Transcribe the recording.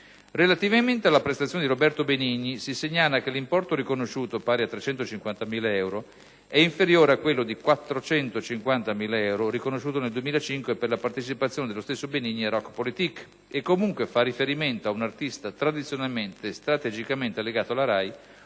Relativamente alla prestazione di Roberto Benigni si segnala che l'importo riconosciuto (pari a 350.000 euro) è inferiore a quello (di 450.000 euro) riconosciuto nel 2005 per la partecipazione dello stesso Benigni a «Rock Politik» e comunque fa riferimento a un artista tradizionalmente e strategicamente legato alla RAI,